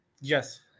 Yes